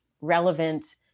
relevant